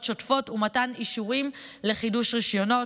שוטפות ומתן אישורים לחידוש רישיונות.